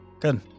Good